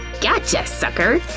gotcha, sucker!